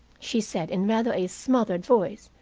she said, in rather a smothered voice.